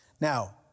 Now